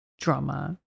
drama